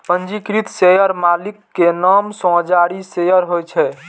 पंजीकृत शेयर मालिक के नाम सं जारी शेयर होइ छै